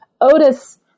Otis